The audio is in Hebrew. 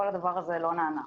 כל הדבר הזה לא נענה.